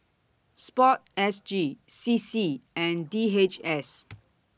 Sport S G C C and D H S